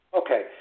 Okay